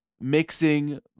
mixing